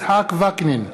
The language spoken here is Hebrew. יצחק וקנין,